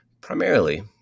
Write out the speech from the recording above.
Primarily